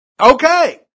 okay